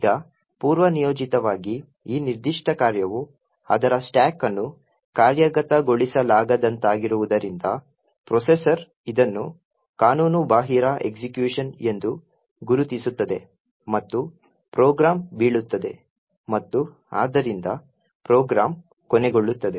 ಈಗ ಪೂರ್ವನಿಯೋಜಿತವಾಗಿ ಈ ನಿರ್ದಿಷ್ಟ ಕಾರ್ಯವು ಅದರ ಸ್ಟಾಕ್ ಅನ್ನು ಕಾರ್ಯಗತಗೊಳಿಸಲಾಗದಂತಾಗಿರುವುದರಿಂದ ಪ್ರೊಸೆಸರ್ ಇದನ್ನು ಕಾನೂನುಬಾಹಿರ ಎಸ್ಎಕ್ಯುಷನ್ ಎಂದು ಗುರುತಿಸುತ್ತದೆ ಮತ್ತು ಪ್ರೋಗ್ರಾಂ ಬೀಳುತ್ತದೆ ಮತ್ತು ಆದ್ದರಿಂದ ಪ್ರೋಗ್ರಾಂ ಕೊನೆಗೊಳ್ಳುತ್ತದೆ